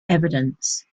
evidence